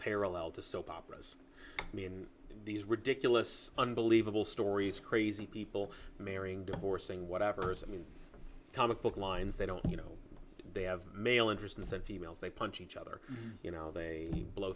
parallel to soap operas i mean these ridiculous unbelievable stories crazy people marrying divorcing whatever personal comic book lines they don't you know they have male interests that females they punch each other you know they blow